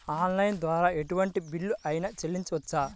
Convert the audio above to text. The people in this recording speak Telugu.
ఆన్లైన్ ద్వారా ఎటువంటి బిల్లు అయినా చెల్లించవచ్చా?